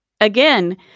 again